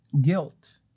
Guilt